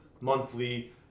monthly